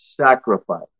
sacrifice